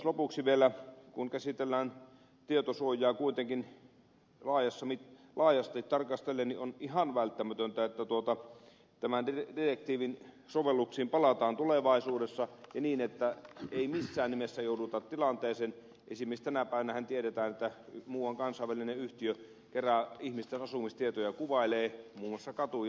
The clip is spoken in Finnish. lopuksi vielä kun käsitellään tietosuojaa kuitenkin laajasti tarkastellen niin on ihan välttämätöntä että tämän direktiivin sovelluksiin palataan tulevaisuudessa ja niin ettei missään nimessä jouduta tilanteeseen esimerkiksi tänä päivänähän tiedetään että muuan kansainvälinen yhtiö kerää ihmisten asumistietoja kuvailee muun muassa katuja